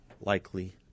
likely